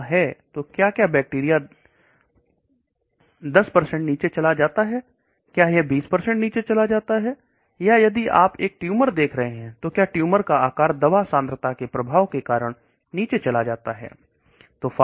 कहां है तो क्या प्रक्रिया 10 से नीचे चला जाता है 20 से नीचे चला जाता है यदि आप ट्यूमर देख रहे हैं तो क्या ट्यूमर का आकार दवा सांद्रता के प्रभाव के कारण नीचे चला जाता है